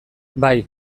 bai